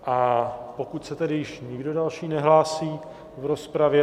A pokud se tedy již nikdo další nehlásí v rozpravě...